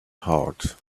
heart